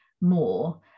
more